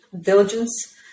diligence